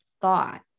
thought